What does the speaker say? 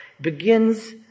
begins